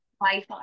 life